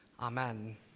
amen